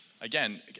again